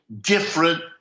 different